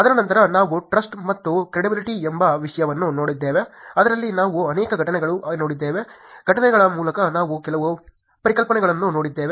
ಅದರ ನಂತರ ನಾವು ಟ್ರಸ್ಟ್ ಮತ್ತು ಕ್ರೆಡಿಬಿಲಿಟಿ ಎಂಬ ವಿಷಯವನ್ನು ನೋಡಿದ್ದೇವೆ ಅದರಲ್ಲಿ ನಾವು ಅನೇಕ ಘಟನೆಗಳನ್ನು ನೋಡಿದ್ದೇವೆ ಘಟನೆಗಳ ಮೂಲಕ ನಾವು ಕೆಲವು ಪರಿಕಲ್ಪನೆಗಳನ್ನು ನೋಡಿದ್ದೇವೆ